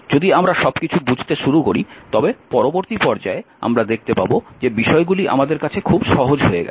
যদি আমরা সবকিছু বুঝতে শুরু করি তবে পরবর্তী পর্যায়ে আমরা দেখতে পাব যে বিষয়গুলি আমাদের কাছে খুব সহজ হয়ে গেছে